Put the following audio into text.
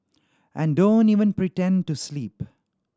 and don't even pretend to sleep